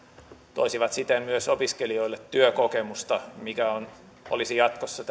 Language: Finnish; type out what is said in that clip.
toisivat siten myös opiskelijoille työkokemusta mikä olisi jatkossa